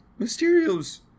Mysterio's